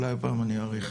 אולי הפעם אני אאריך,